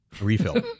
Refill